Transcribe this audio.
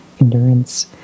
endurance